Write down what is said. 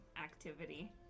activity